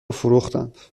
فروختند